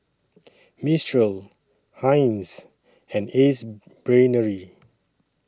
Mistral Heinz and Ace Brainery